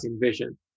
vision